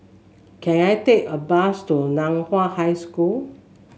can I take a bus to Nan Hua High School